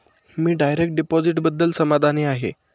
मी direct डिपॉझिटबद्दल समाधानी आहे